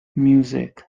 music